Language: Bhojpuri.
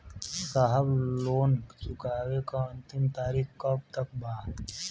साहब लोन चुकावे क अंतिम तारीख कब तक बा?